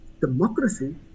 democracy